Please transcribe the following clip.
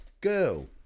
Girl